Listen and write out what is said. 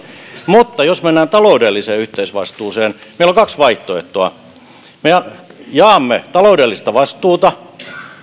mutta jos mennään taloudelliseen yhteisvastuuseen meillä on kaksi vaihtoehtoa me jaamme taloudellista vastuuta